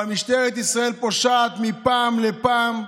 אבל משטרת ישראל פושעת מפעם לפעם.